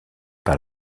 par